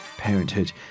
Parenthood